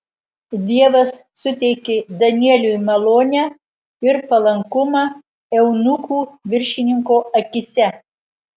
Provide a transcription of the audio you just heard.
dievas suteikė danieliui malonę ir palankumą eunuchų viršininko akyse